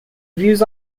views